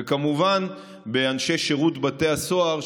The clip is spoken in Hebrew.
וכמובן אנשי שירות בתי הסוהר,